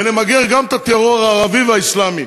ונמגר גם את הטרור הערבי והאסלאמי.